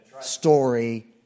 story